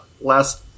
Last